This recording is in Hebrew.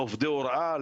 לעובדי הוראה,